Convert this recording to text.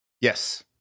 Yes